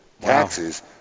taxes